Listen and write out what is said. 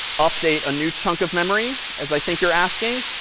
update a new chunk of memory, as i think you're asking,